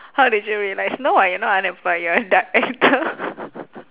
how did you realise no [what] you're not unemployed you're a director